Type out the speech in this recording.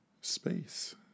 space